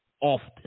often